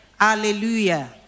Hallelujah